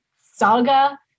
saga